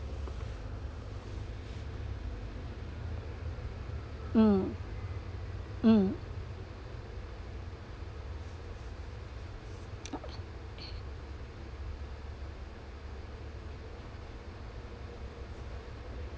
mm mm